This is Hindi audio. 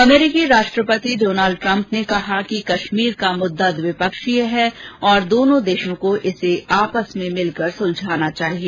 अमरीकी राष्ट्रपति डॉनाल्ड ट्रंप ने कहा कि कश्मीर का मुद्दा द्विपक्षीय है और दोनों देशों को इसे आपस में मिलकर सुलझाना चाहिए